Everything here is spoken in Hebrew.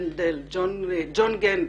ג'ון גנדל.